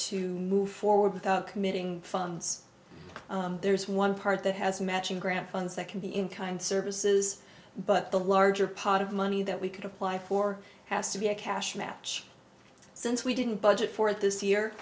to move forward without committing funds there's one part that has matching grant funds that can be in kind services but the larger part of money that we could apply for has to be a cash match since we didn't budget for it this year